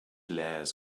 layers